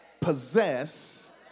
possess